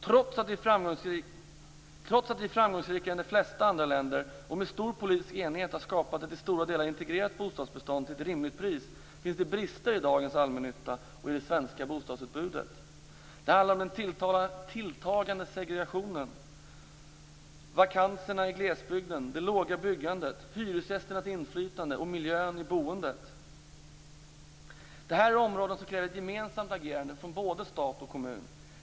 Trots att vi framgångsrikare än de flesta andra länder och med stor politisk enighet har skapat ett till stora delar integrerat bostadsbestånd till ett rimligt pris finns det brister i dagens allmännytta och i det svenska bostadsutbudet. Det handlar om den tilltagande segregationen, vakanserna i glesbygden, det låga byggandet, hyresgästernas inflytande och miljön i boendet. Det här är områden som kräver ett gemensamt agerande, från både stat och kommun.